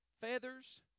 feathers